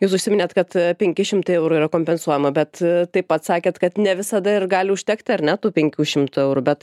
jūs užsiminėt kad penki šimtai eurų yra kompensuojama bet taip pat sakėt kad ne visada ir gali užtekti ar ne tų penkių šimtų eurų bet